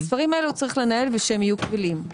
הספרים האלה הוא צריך לנהל ושהם יהיו קבילים.